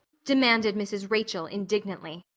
demanded mrs. rachel indignantly.